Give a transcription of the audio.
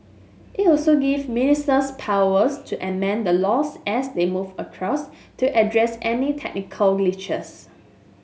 it also give ministers powers to amend the laws as they move across to address any technical glitches